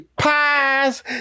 pies